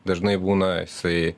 dažnai būna jisai